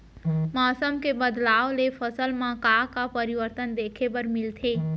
मौसम के बदलाव ले फसल मा का का परिवर्तन देखे बर मिलथे?